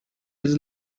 des